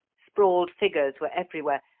sprawled figures were everywhere,